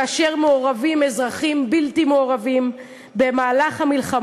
כאשר מעורבים אזרחים בלתי מעורבים במלחמה,